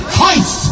heist